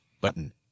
Button